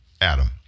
Adam